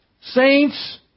Saints